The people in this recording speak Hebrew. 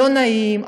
לא נעים,